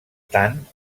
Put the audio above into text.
tant